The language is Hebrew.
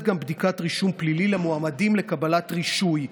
גם בדיקת רישום פלילי למועמדים לקבלת רישוי,